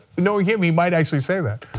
you know he he might actually say that.